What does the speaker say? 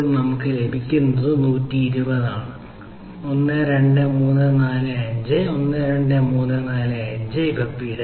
ഇവിടെ നമുക്ക് ലഭിക്കുന്നത് 120 1 2 3 4 5 1 2 3 4 5 പിഴ